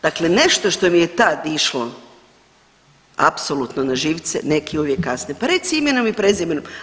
Dakle, nešto što mi je tad išlo apsolutno na živce neki uvijek kasne, pa reci imenom i prezimenom.